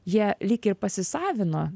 jie lyg ir pasisavino